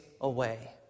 away